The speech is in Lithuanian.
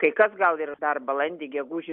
kai kas gal ir dar balandį gegužį